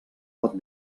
pot